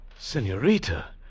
Senorita